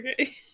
Okay